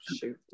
shoot